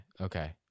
Okay